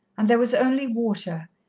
and there was only water,